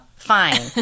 fine